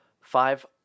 Five